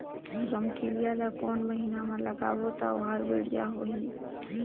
रमकेलिया ला कोन महीना मा लगाबो ता ओहार बेडिया होही?